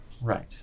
Right